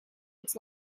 its